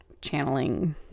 channeling